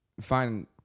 find